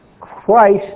Christ